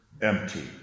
empty